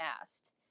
asked